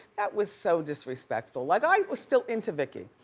that was so disrespectful. like, i was still into vicki.